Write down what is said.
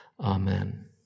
amen